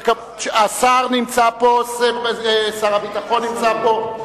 שר הביטחון נמצא פה.